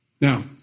Now